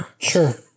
Sure